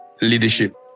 leadership